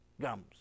gums